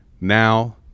now